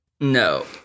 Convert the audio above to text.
No